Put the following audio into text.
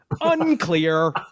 Unclear